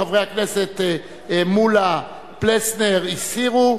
חברי הכנסת מולה, פלסנר, הסירו.